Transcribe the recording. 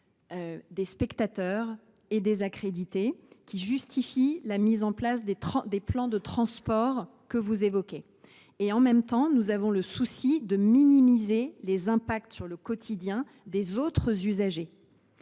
des spectateurs et des accrédités, qui justifie la mise en place des plans de transport que vous évoquez ; ensuite, minimiser les impacts sur le quotidien des autres usagers.